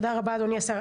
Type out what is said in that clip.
תודה רבה, אדוני השר.